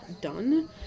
done